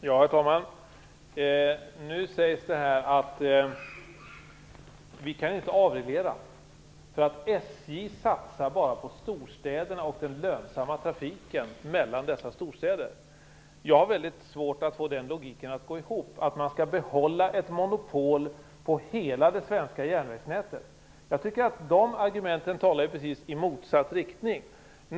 Herr talman! Nu sägs det att vi inte kan avreglera därför att SJ bara satsar på storstäderna och den lönsamma trafiken mellan dessa storstäder. Jag har väldigt svårt att få den logiken att gå ihop, dvs. att man skall behålla ett monopol på hela det svenska järnvägsnätet. Jag tycker att de argumenten talar i motsatt riktning.